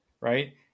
Right